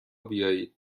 بیایید